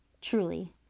truly